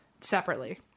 separately